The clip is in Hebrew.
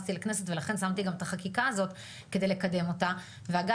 שנכנסתי לכנסת ולכן שמתי גם את החקיקה הזאת כדי לקבל אותה ואגב,